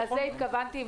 לזה התכוונתי.